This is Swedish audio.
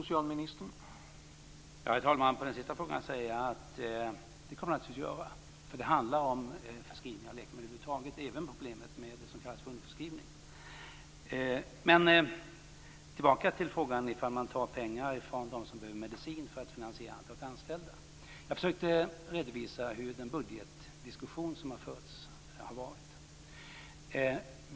Herr talman! På den sista frågan kan jag svara att det kommer det naturligtvis att göra. Det handlar om förskrivning av läkemedel över huvud taget, även problemet med det som kallas för underförskrivning. Låt mig gå tillbaka till frågan om man tar pengar från dem som behöver medicin för att finansiera ett antal nyanställda. Jag försökte redovisa hur budgetdiskussionen har förts.